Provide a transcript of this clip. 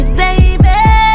baby